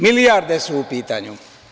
Milijarde su u pitanju.